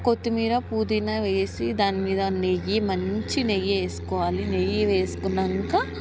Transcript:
కొత్తిమీర పుదీనా వేసి దానిమీద నెయ్యి మంచి నెయ్యి వేస్కోవాలి నెయ్యి వేసుకున్నాకా